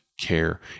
care